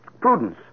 Prudence